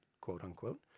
quote-unquote